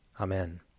Amen